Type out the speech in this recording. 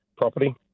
property